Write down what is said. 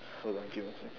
hold on give me one second